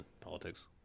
politics